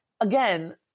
again